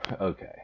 Okay